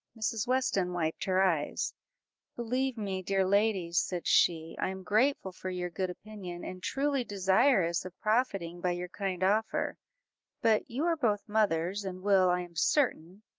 mrs. weston wiped her eyes believe me, dear ladies, said she, i am grateful for your good opinion, and truly desirous of profiting by your kind offer but you are both mothers, and will, i am certain,